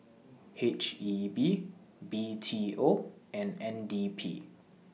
H E B B T O and N D P